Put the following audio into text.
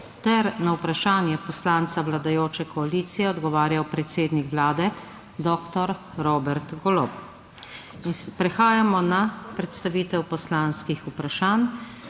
ter na vprašanje poslanca vladajoče koalicije odgovarjal predsednik Vlade dr. Robert Golob. Prehajamo na predstavitev poslanskih vprašanj.